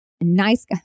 Nice